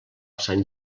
sant